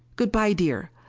good-bye, dear.